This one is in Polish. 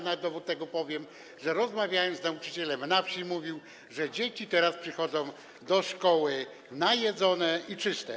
Na dowód tego powiem, że rozmawiałem z nauczycielem na wsi, który mówił, że dzieci teraz przychodzą do szkoły najedzone i czyste.